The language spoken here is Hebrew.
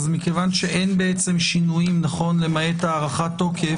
מכיוון שאין בעצם שינויים למעט הארכת תוקף